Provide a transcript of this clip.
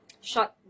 short